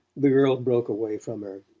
the girl broke away from her.